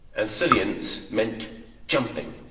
and silience meant jumping.